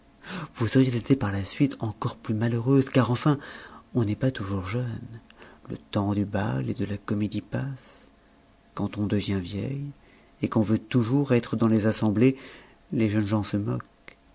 vous auriez été par la suite encore plus malheureuse car enfin on n'est pas toujours jeune le tems du bal et de la comédie passe quand on devient vieille et qu'on veut toujours être dans les assemblées les jeunes gens se moquent